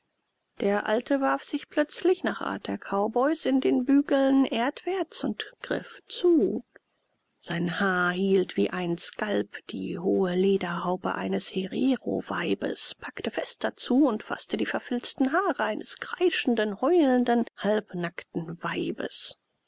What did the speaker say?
der alte warf sich plötzlich nach art der cowboys in den bügeln erdwärts und griff zu seine hand hielt wie einen skalp die hohe lederhaube eines hereroweibes packte fester zu und faßte die verfilzten haare eines kreischenden heulenden halbnackten weibes